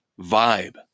vibe